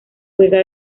juega